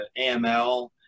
AML